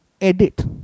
edit